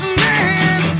man